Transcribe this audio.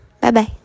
Bye-bye